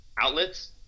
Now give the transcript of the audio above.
outlets